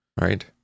right